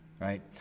right